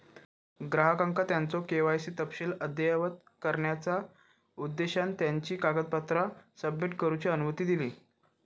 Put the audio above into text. ग्राहकांका त्यांचो के.वाय.सी तपशील अद्ययावत करण्याचा उद्देशान त्यांची कागदपत्रा सबमिट करूची अनुमती दिली